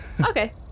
okay